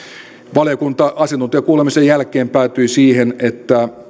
valiokunta asiantuntijakuulemisen jälkeen päätyi siihen että